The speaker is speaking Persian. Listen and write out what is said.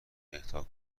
اهدا